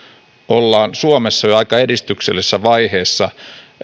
ollaan suomessa jo aika edistyksellisessä vaiheessa